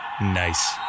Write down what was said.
Nice